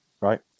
right